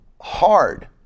hard